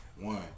one